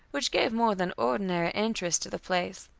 which gave more than ordinary interest to the place.